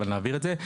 אבל נעביר את זה.